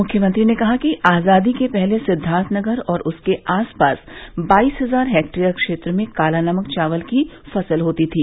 मुख्यमंत्री ने कहा कि आज़ादी के पहले सिद्वार्थनगर और उसके आस पास बाईस हजार हेक्टेयर क्षेत्र में काला नमक चावल की फसल होती थी